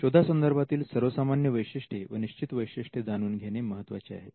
शोधा संदर्भातील सर्वसामान्य वैशिष्ट्ये व निश्चित वैशिष्ट्ये जाणून घेणे महत्त्वाचे आहे